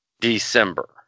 December